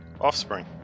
Offspring